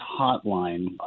Hotline